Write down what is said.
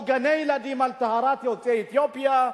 או גני-ילדים על טהרת יוצאי אתיופיה.